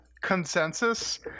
consensus